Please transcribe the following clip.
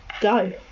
go